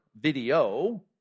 video